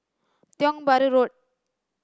Tiong Bahru Road